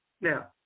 Now